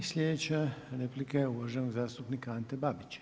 I sljedeća replika je uvaženog zastupnika Ante Babića.